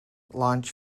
launch